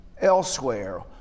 elsewhere